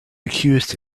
accused